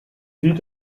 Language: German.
sieht